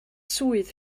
swydd